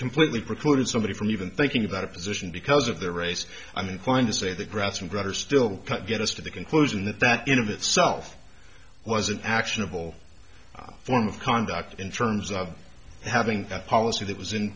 completely precluded somebody from even thinking about a position because of their race i'm inclined to say the grass and grettir still get us to the conclusion that that in of itself was an actionable form of conduct in terms of having a policy that was in